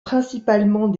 principalement